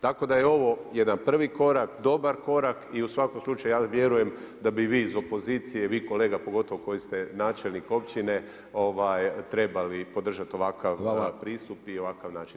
Tako da je ovo jedan prvi korak, dobar korak i u svakom slučaju ja vjerujem da bi vi iz opozicije, vi kolega pogotovo koji ste načelnik općine, trebali podržati ovakav pristup i ovakav način